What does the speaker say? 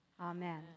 Amen